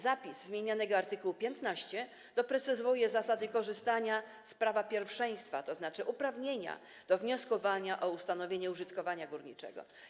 Zapis zmienianego art. 15 doprecyzowuje zasady korzystania z prawa pierwszeństwa, tzn. uprawnienia do wnioskowania do ustanowienie użytkowania górniczego.